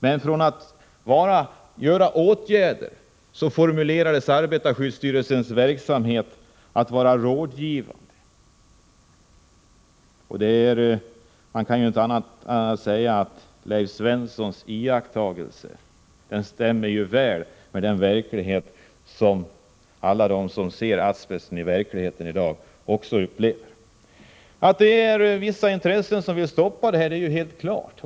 Men från att vidta åtgärder omformulerades arbetarskyddsstyrelsens uppgift till rådgivande verksamhet. Man kan inte säga annat än att Leif Svenssons iakttagelser stämmer väl med vad alla de som möter asbesten i verkligheten i dag upplever. Att vissa intressen vill stoppa detta är helt klart.